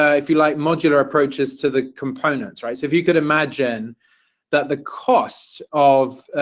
ah if you like, modular approaches to the components. right? so if you could imagine that the cost of,